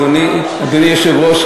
אדוני היושב-ראש,